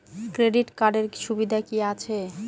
Credit কার্ডের সুবিধা কি আছে?